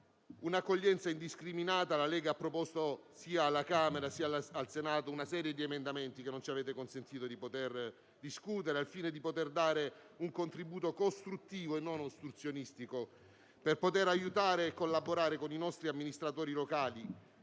un'accoglienza indiscriminata la Lega ha proposto, sia alla Camera che al Senato, una serie di emendamenti, che non ci avete consentito di discutere, al fine di poter dare un contributo costruttivo e non ostruzionistico e di aiutare e collaborare con i nostri amministratori locali